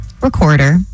Recorder